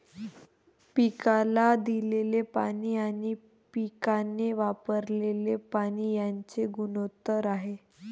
पिकाला दिलेले पाणी आणि पिकाने वापरलेले पाणी यांचे गुणोत्तर आहे